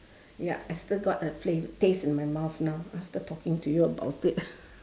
ya I still got a flav~ taste in my mouth now after talking to you about it